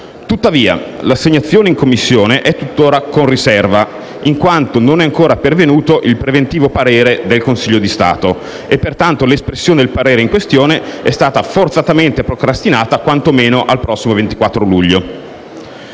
Tuttavia, l'assegnazione in Commissione è tutt'ora con riserva, in quanto non è ancora pervenuto il preventivo parere del Consiglio di Stato. Pertanto, l'espressione del parere in questione è stata forzatamente procrastinata, quanto meno, al prossimo 24 luglio.